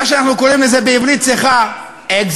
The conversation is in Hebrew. מה שאנחנו קוראים לזה בעברית צחה אקזיט?